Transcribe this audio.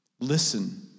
listen